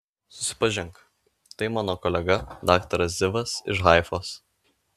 susipažink tai mano kolega daktaras zivas iš haifos